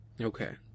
Okay